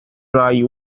dry